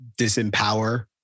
disempower